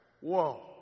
whoa